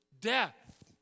death